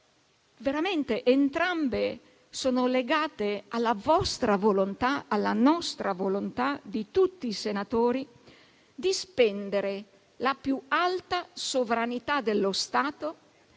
pensate, entrambe sono legate alla nostra volontà, alla volontà di tutti i senatori, di spendere la più alta sovranità dello Stato,